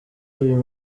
uyu